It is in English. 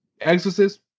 Exorcist